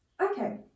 okay